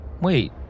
Wait